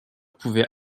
pouvait